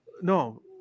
no